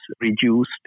reduced